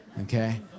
Okay